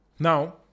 Now